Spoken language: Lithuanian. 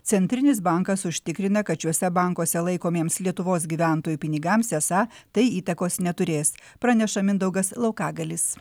centrinis bankas užtikrina kad šiuose bankuose laikomiems lietuvos gyventojų pinigams esą tai įtakos neturės praneša mindaugas laukagalius